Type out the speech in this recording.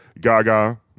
Gaga